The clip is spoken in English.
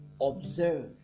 observe